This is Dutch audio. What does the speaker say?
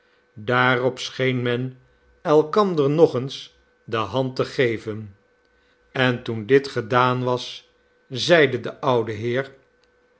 daarop scheen men elkander nog eens de hand te geven en toen dit gedaan was zeide de oude heer